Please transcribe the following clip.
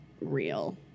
real